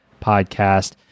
podcast